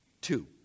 Two